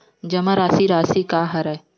जमा राशि राशि का हरय?